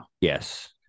Yes